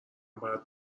باید